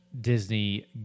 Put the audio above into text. Disney